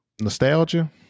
Nostalgia